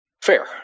Fair